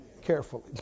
carefully